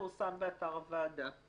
פורסם באתר הוועדה.